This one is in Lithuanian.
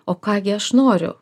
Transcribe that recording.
o ką gi aš noriu